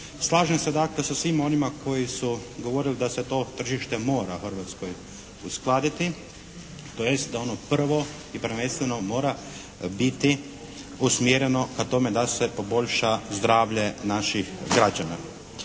Slažem se dakle sa svima onima koji su govorili da se to tržište mora u Hrvatskoj uskladiti, tj. da ono prvo i prvenstveno mora biti usmjereno ka tome da se poboljša zdravlje naših građana.